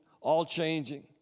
all-changing